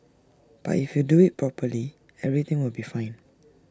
but if you do IT properly everything will be fine